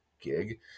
gig